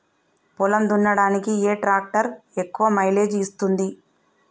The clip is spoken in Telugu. పొలం దున్నడానికి ఏ ట్రాక్టర్ ఎక్కువ మైలేజ్ ఇస్తుంది?